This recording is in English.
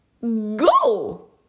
go